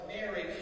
Mary